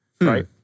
right